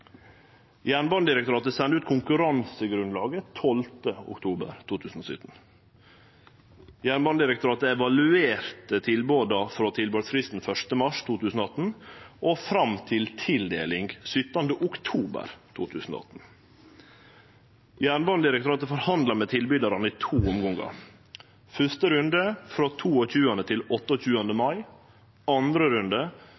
Jernbanedirektoratet sende ut konkurransegrunnlaget 12. oktober 2017. Jernbanedirektoratet evaluerte tilboda frå tilbodsfristen 1. mars 2018 og fram til tildeling 17. oktober 2018. Jernbanedirektoratet forhandla med tilbydarane i to omgangar – første runde frå 22. til